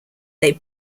they